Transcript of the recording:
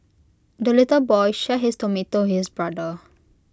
the little boy share his tomato his brother